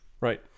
Right